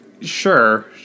Sure